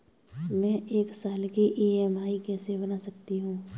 मैं एक साल की ई.एम.आई कैसे बना सकती हूँ?